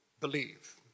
believe